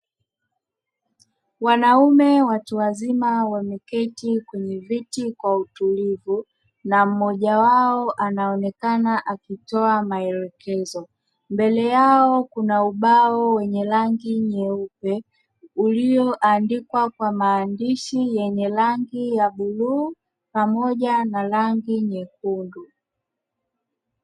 Wanaume watu wazima wameketi kwenye viti kwa utulivu na mmoja wao anaonekana akitoa maelekezo. Mbele yao kuna ubao wenye rangi nyeupe ulioandikwa kwa maandishi yenye rangi ya bluu pamoja na rangi nyekundu.